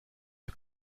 are